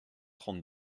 trente